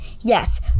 Yes